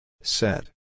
Set